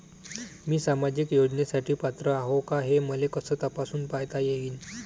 मी सामाजिक योजनेसाठी पात्र आहो का, हे मले कस तपासून पायता येईन?